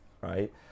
right